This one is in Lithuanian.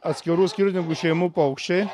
atskirų skirtingų šeimų paukščiai